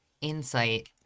insight